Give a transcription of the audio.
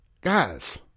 guys